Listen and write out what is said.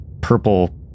purple